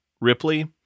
Ripley